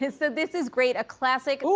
this ah this is great a classic,